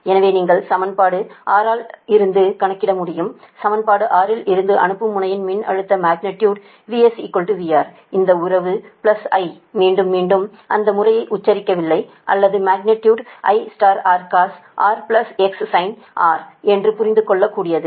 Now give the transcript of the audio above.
எனவே நீங்கள் சமன்பாடு 6 இல் இருந்து கணக்கிட முடியும் சமன்பாடு 6 இல் இருந்து அனுப்பும் முனையில் மின்னழுத்த மக்னிடியுடு VS VR இந்த உறவு பிளஸ் I மீண்டும் மீண்டும் அந்த முறையை உச்சரிக்கவில்லை அல்லது மக்னிடியுடு IRcos RXsin R என்று புரிந்து கொள்ளக்கூடியது